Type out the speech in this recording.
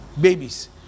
babies